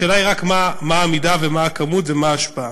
השאלה היא רק מה המידה ומה הכמות ומה ההשפעה.